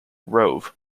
rove